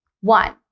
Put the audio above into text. One